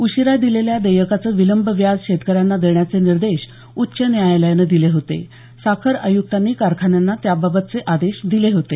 उशिरा दिलेल्या देयकाचं विलंब व्याज शेतकऱ्यांना देण्याचे निर्देश उच्च न्यायालयानं दिले होते साखर आयुक्तांनी कारखान्यांना त्याबाबतचे आदेश दिले होते